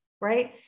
right